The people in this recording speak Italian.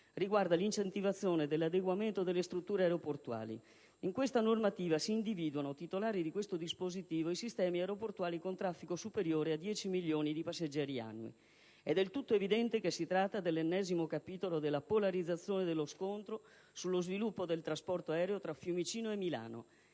riguarda l'incentivazione dell'adeguamento delle strutture aeroportuali. In questa normativa si individuano quali titolari di questo dispositivo i sistemi aeroportuali con traffico superiore a 10 milioni di passeggeri annui. È del tutto evidente che si tratta dell'ennesimo capitolo della polarizzazione dello scontro sullo sviluppo del trasporto aereo tra Fiumicino e Milano